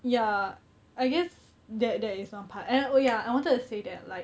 ya I guess that that is one part and oh ya I wanted to say that like